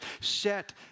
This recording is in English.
set